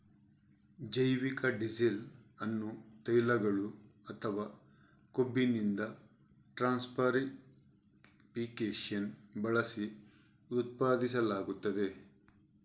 ಜೈವಿಕ ಡೀಸೆಲ್ ಅನ್ನು ತೈಲಗಳು ಅಥವಾ ಕೊಬ್ಬಿನಿಂದ ಟ್ರಾನ್ಸ್ಸೆಸ್ಟರಿಫಿಕೇಶನ್ ಬಳಸಿ ಉತ್ಪಾದಿಸಲಾಗುತ್ತದೆ